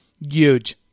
Huge